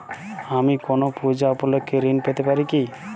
আমি কোনো পূজা উপলক্ষ্যে ঋন পেতে পারি কি?